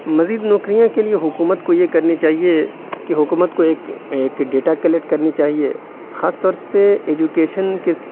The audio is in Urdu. مزید نوکریاں کے لیے حکومت کو یہ کرنی چاہیے کہ حکومت کو ایک ایک ڈیٹا کلیکٹ کرنی چاہیے خاص طور پہ ایجوکیشن کے